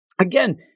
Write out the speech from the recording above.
again